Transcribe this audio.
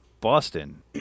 Boston